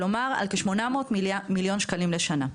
כלומר על כ-800 מיליון שקלים לשנה.